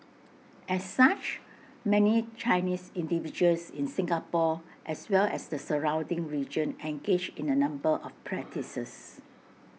as such many Chinese individuals in Singapore as well as the surrounding region engage in A number of practices